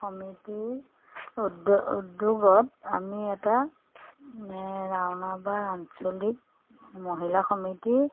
সমিতিৰ উদ্য উদ্যোগত আমি এটা ৰাওনাবাৰ আঞ্চলিক মহিলা সমিতি